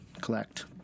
collect